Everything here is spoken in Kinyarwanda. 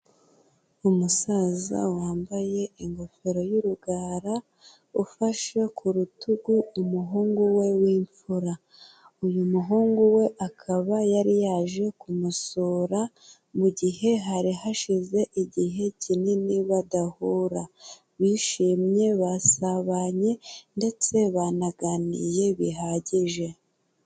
Umusaza wambaye ingofero y'urugara, ufashe ku rutugu umuhungu we w'imfura, uyu muhungu we akaba yari yaje kumusura mu gihe hari hashize igihe kinini badahura, bishimye, basabanye ndetse banaganiye bihagije.